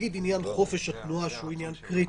נגיד עניין חופש התנועה, שהוא עניין קריטי.